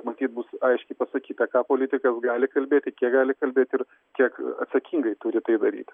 matyt bus aiškiai pasakyta ką politikas gali kalbėti kiek gali kalbėti ir kiek atsakingai turi tai daryt